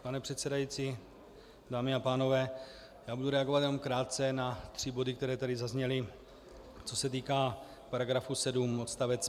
Pane předsedající, dámy a pánové, budu reagovat jenom krátce na tři body, které tady zazněly, co se týká § 7 odst.